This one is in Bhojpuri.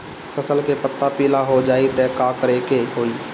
फसल के पत्ता पीला हो जाई त का करेके होई?